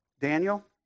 Daniel